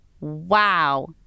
Wow